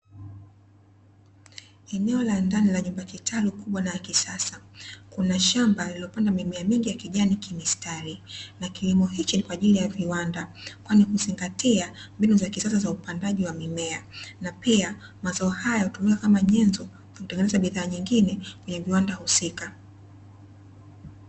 Eneo la ndani la nyumba kitalu kubwa na ya kisasa, kuna shamba lililopandwa mimea mingi ya kijani kimistari, na kilimo hichi ni kwajili ya viwanda, kwani huzingatia mbinu za kisasa za upandaji wa mimea na pia mazao haya hutumiwa kama nyenzo ya kutengeneza bidhaa nyingine kwenye viwanda husika.